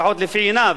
לפחות בעיניו,